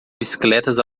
bicicletas